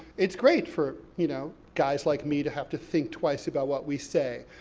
it's great for, you know, guys like me to have to think twice about what we say.